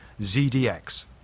ZDX